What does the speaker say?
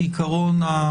כעיקרון,